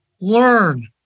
learn